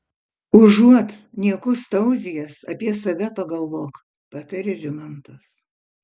užuot niekus tauzijęs apie save pagalvok patarė rimantas